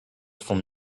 from